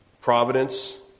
providence